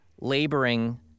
laboring